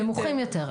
נמוכים יותר.